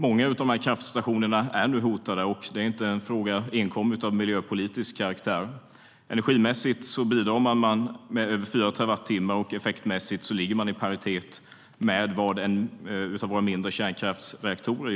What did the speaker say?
Många av dessa kraftstationer är nu hotade. Det är inte en fråga av enkom miljöpolitisk karaktär. Energimässigt bidrar de med över fyra terawattimmar, och effektmässigt ligger de i paritet med en av våra mindre kärnkraftsreaktorer.